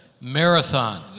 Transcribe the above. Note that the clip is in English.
Marathon